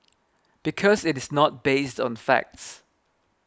because it is not based on facts